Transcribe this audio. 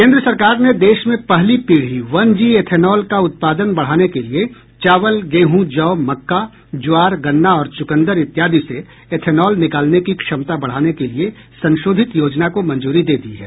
केन्द्र सरकार ने देश में पहली पीढ़ी वन जी एथेनाल का उत्पादन बढाने के लिए चावल गेहूं जौ मक्का ज्वार गन्ना और चुकंदर इत्यादि से एथेनॉल निकालने की क्षमता बढाने के लिए संशोधित योजना को मंजूरी दे दी है